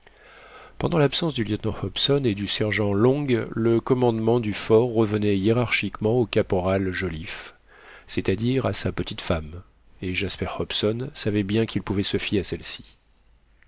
pendant l'absence du lieutenant hobson et du sergent long le commandement du fort revenait hiérarchiquement au caporal joliffe c'est-à-dire à sa petite femme et jasper hobson savait bien qu'il pouvait se fier à celle-ci